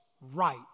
right